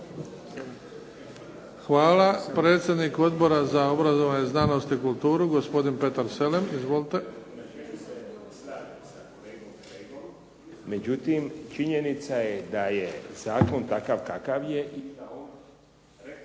Hvala. Predsjednik Odbora za obrazovanje, znanost i kulturu gospodin Petar Selem. Izvolite.